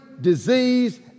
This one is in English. disease